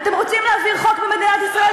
אתם רוצים להעביר חוק במדינת ישראל,